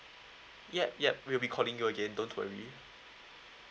yup yup will be calling you again don't too worry